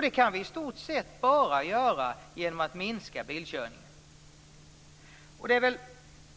Det kan vi bara göra genom att minska bilkörningen. Det